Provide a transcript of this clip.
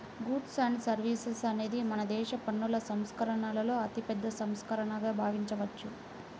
goods and services అనేది మనదేశ పన్నుల సంస్కరణలలో అతిపెద్ద సంస్కరణగా భావించవచ్చు